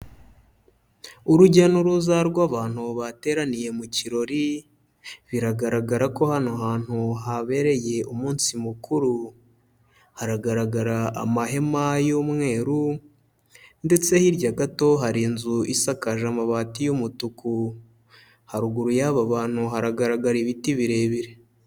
Urujya n'uruza rw'abantu bateraniye mu kirori, biragaragara ko hano hantu habereye umunsi mukuru, haragaragara amahema y'umweru ndetse hirya gato hari inzu isakaje amabati y'umutuku, haruguru y'aba bantu haragaragara ibiti birebire.